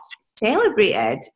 celebrated